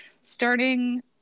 Starting